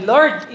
Lord